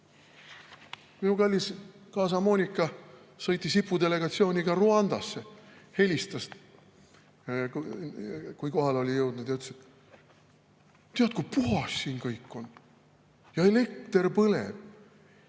Mu kallis kaasa Moonika sõitis IPU delegatsiooniga Rwandasse, helistas, kui kohale oli jõudnud, ja ütles: tead, kui puhas siin kõik on, elekter põleb